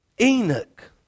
Enoch